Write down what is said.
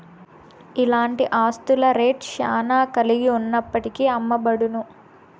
ఇలాంటి ఆస్తుల రేట్ శ్యానా కలిగి ఉన్నప్పటికీ అమ్మబడవు